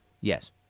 Yes